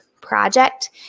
project